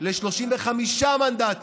ל-35 מנדטים.